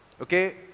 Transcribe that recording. okay